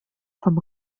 vom